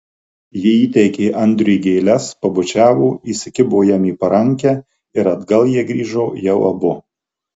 ji įteikė andriui gėles pabučiavo įsikibo jam į parankę ir atgal jie grįžo jau abu